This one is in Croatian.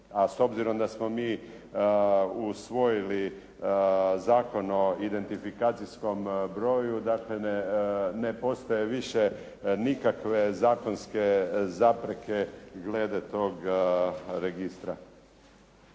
A s obzirom da smo mi usvojili Zakon o identifikacijskom broju, dakle ne postoje više nikakve zakonske zapreke glede tog registra